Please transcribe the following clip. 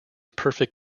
perfect